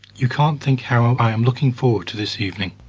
you can't think how i am looking forward to this evening.